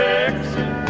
Texas